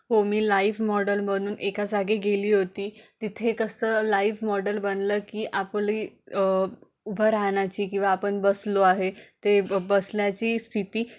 हो मी live model म्हणुन एका जागे गेली होती तिथे कसं लाईव्ह मॉडल बनलं की आपली उभं राहण्याची किंवा आपण बसलो आहे ते ब बसल्याची स्थिती